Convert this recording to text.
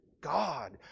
God